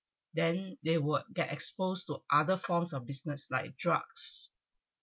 then they would get exposed to other forms of business like drugs